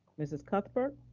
mrs. cuthbert.